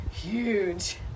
Huge